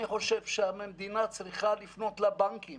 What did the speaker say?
אני חושב שהמדינה צריכה לפנות לבנקים